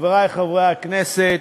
חברי חברי הכנסת,